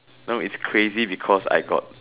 no it's crazy because I got